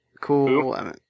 cool